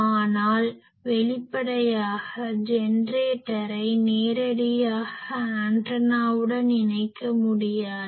ஆனால் வெளிப்படையாக ஜெனரேட்டரை நேரடியாக ஆண்டனாவுடன் இணைக்க முடியாது